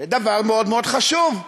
זה דבר מאוד מאוד חשוב.